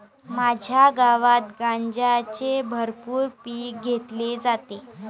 माझ्या गावात गांजाचे भरपूर पीक घेतले जाते